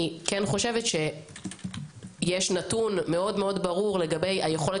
אני כן חושבת שיש נתון מאוד ברור לגבי היכולת